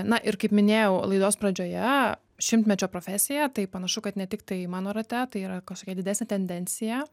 na ir kaip minėjau laidos pradžioje šimtmečio profesija tai panašu kad ne tiktai mano rate tai yra kažkokia didesnė tendencija